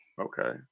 Okay